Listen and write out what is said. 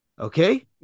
Okay